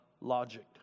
logic